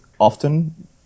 often